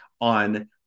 on